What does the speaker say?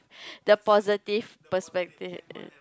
the positive perspective